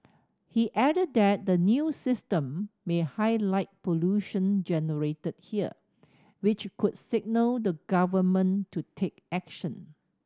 he added that the new system may highlight pollution generated here which could signal the Government to take action